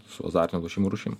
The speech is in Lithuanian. su azartinių lošimų rūšim